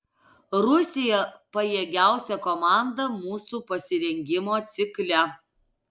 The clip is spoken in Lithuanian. rusija pajėgiausia komanda mūsų pasirengimo cikle